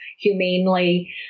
humanely